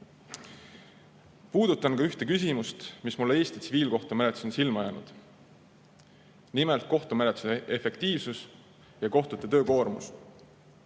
õigusele. Puudutan ka ühte küsimust, mis mulle Eesti tsiviilkohtumenetluses on silma jäänud. Nimelt, kohtumenetluse efektiivsus ja kohtute töökoormus.